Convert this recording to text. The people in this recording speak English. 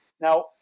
Now